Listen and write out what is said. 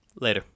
Later